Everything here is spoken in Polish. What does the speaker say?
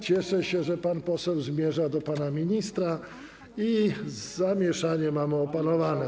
Cieszę się, że pan poseł zmierza do pana ministra i zamieszanie mamy opanowane.